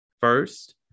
First